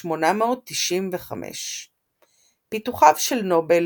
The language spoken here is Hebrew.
1895. פיתוחיו של נובל